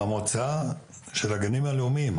המועצה של הגנים הלאומים.